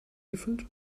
gefüllt